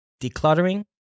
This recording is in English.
decluttering